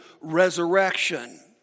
resurrection